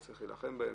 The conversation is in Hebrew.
צריך להילחם בה,